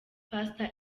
pastor